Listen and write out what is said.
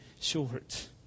short